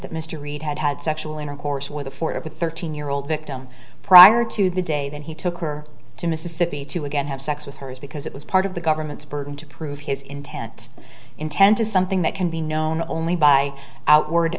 that mr reid had had sexual intercourse with a four of a thirteen year old victim prior to the day that he took her to mississippi to again have sex with her is because it was part of the government's burden to prove his intent intent is something that can be known only by outward